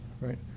right